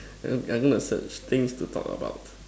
I I'm gonna search things to talk about